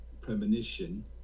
premonition